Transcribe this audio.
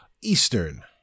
Eastern